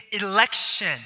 election